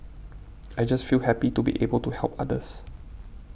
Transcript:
I just feel happy to be able to help others